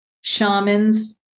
Shamans